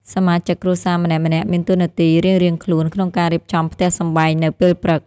សមាជិកគ្រួសារម្នាក់ៗមានតួនាទីរៀងៗខ្លួន ក្នុងការរៀបចំផ្ទះសម្បែងនៅពេលព្រឹក។